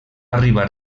arribar